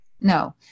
No